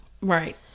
Right